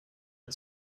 and